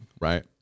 right